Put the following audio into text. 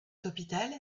hôpital